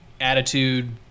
attitude